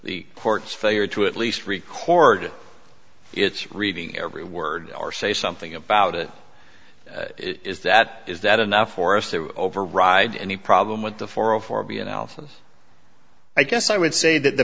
the court's failure to at least record its reading every word or say something about it is that is that enough for us to override any problem with the for a for b analysis i guess i would say that the